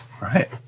right